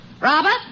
Robert